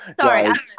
Sorry